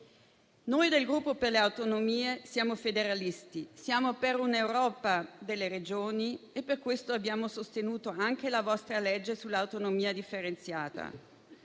Noi del Gruppo per le Autonomie siamo federalisti, siamo per un'Europa delle Regioni e per questo abbiamo sostenuto anche la vostra legge sull'autonomia differenziata.